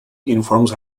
informs